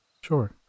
sure